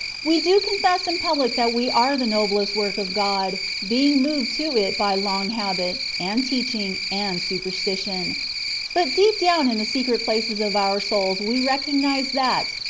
we do confess in public that we are the noblest work of god, being moved to it by long habit, and teaching, and superstition but deep down in the secret places of our souls we recognize that,